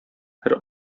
һәр